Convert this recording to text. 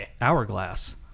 hourglass